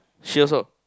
she also